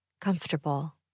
comfortable